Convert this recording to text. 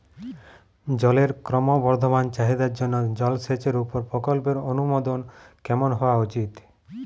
জলের ক্রমবর্ধমান চাহিদার জন্য জলসেচের উপর প্রকল্পের অনুমোদন কেমন হওয়া উচিৎ?